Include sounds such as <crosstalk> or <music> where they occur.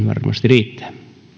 <unintelligible> varmasti riittää olkaa